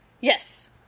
Yes